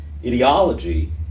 ideology